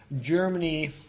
Germany